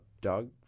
dog